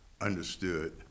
understood